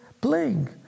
playing